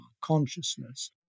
consciousness